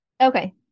Okay